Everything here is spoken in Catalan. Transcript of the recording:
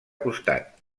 costat